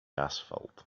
asphalt